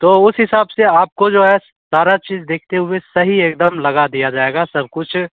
तो उस हिसाब से आपको जो है सारा चीज़ देखते हुए सही एकदम लगा दिया जाएगा सब कुछ